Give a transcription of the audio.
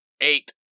Eight